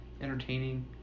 Entertaining